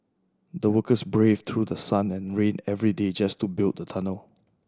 the workers braved through the sun and rain every day just to build the tunnel